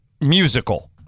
musical